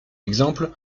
exemple